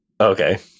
Okay